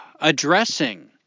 addressing